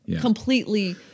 completely